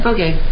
Okay